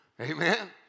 Amen